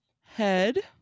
head